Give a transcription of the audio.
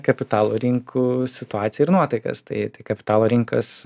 kapitalo rinkų situaciją ir nuotaikas tai kapitalo rinkas